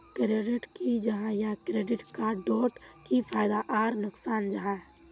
Credit की जाहा या क्रेडिट कार्ड डोट की फायदा आर नुकसान जाहा?